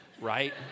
right